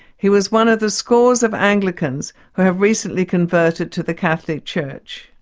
he was one of the scores of anglicans who have recently converted to the catholic church.